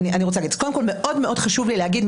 חשוב לי מאוד להגיד,